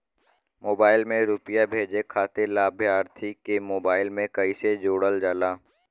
Mobile से रूपया भेजे खातिर लाभार्थी के मोबाइल मे कईसे जोड़ल जाला?